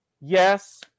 Yes